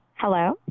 Hello